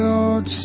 Lord